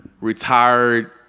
retired